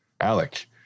Alec